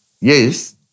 Yes